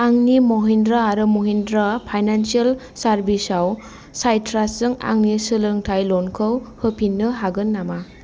आंनि महिन्द्रा आरो Mahindra financial services आव साइट्रासजों आंनि सोलोंथाइ ल'नखौ होफिन्नो हागोन नामा